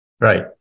right